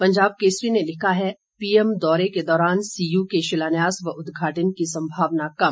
पंजाब केसरी ने लिखा है पी एम दौरे के दौरान सीयू के शिलान्यास व उदघाटन की संभावना कम